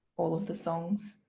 all of the songs,